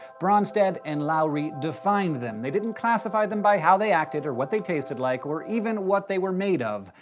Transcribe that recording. bronsted and lowry defined them they didn't classify them by how they acted or what they tasted like or even what they were made of,